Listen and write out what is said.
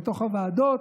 בתוך הוועדות,